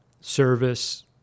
service